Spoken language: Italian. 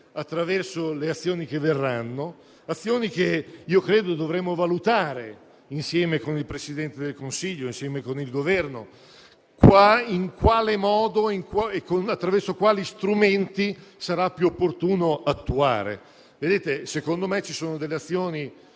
attraverso le azioni che verranno. Azioni che, a mio parere, dovremo valutare, insieme con il Presidente del Consiglio, insieme con il Governo, in quale modo e attraverso quali strumenti sarà più opportuno attuare. Secondo me, vi sono delle azioni